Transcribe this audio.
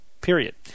period